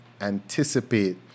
anticipate